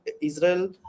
Israel